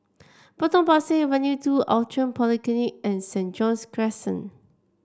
Potong Pasir Avenue two Outram Polyclinic and St John's Crescent